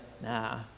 Nah